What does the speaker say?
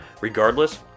Regardless